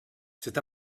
cet